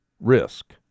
risk